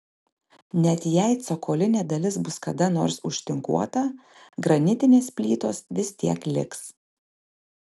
net jei cokolinė dalis bus kada nors užtinkuota granitinės plytos vis tiek liks